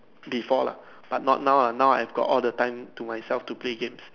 before lah but not now ah now I've got all the time to myself to play games